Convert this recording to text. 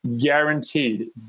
Guaranteed